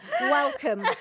Welcome